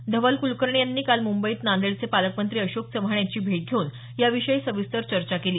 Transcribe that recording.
धवल कुलकर्णी यांनी काल मुंबईत नांदेडचे पालकमंत्री अशोक चव्हाण यांची भेट घेऊन याविषयी सविस्तर चर्चा केली